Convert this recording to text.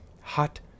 hot